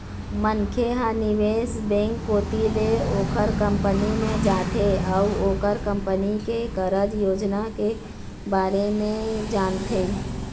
मनखे ह निवेश बेंक कोती ले ओखर कंपनी म जाथे अउ ओखर कंपनी के कारज योजना के बारे म जानथे